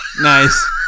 Nice